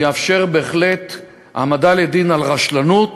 יאפשר בהחלט העמדה לדין על רשלנות